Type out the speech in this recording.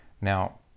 Now